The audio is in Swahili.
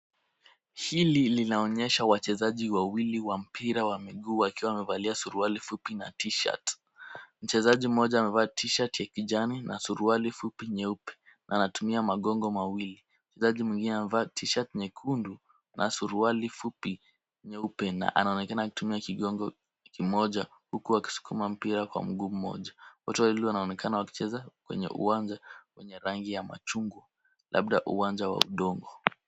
Hili linaonyesha wachezaji wawili wa mpira wa miguu, wakiwa wamevalia suruali fupi na t-shirt . Mchezaji mmoja amevaa t-shirt ya kijani na suruali fupi nyeupe na anatumia magongo mawili. Mchezaji mwingine amevaa t-shirt nyekundu na suruali fupi nyeupe na anaonekana akitumia kigongo kimoja, huku akisukuma mpira kwa mguu mmoja. Wote wawili wanaonekana wakicheza kwenye uwanja wenye rangi ya machungwa, labda uwanja wa udongo.